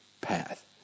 path